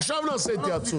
עכשיו נעשה התייעצות.